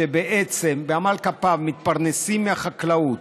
שבעצם בעמל כפיהם מתפרנסים מהחקלאות,